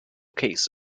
case